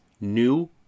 new